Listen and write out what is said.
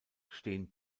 stehen